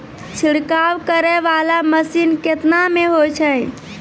छिड़काव करै वाला मसीन केतना मे होय छै?